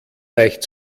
leicht